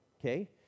okay